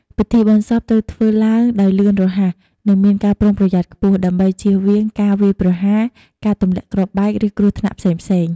ពិធីបុណ្យសពត្រូវធ្វើឡើងដោយលឿនរហ័ស និងមានការប្រុងប្រយ័ត្នខ្ពស់ ដើម្បីជៀសវាងការវាយប្រហារ ការទម្លាក់គ្រាប់បែក ឬគ្រោះថ្នាក់ផ្សេងៗ។